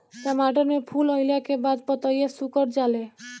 टमाटर में फूल अईला के बाद पतईया सुकुर जाले?